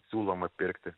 siūloma pirkti